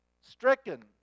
stricken